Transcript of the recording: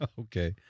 Okay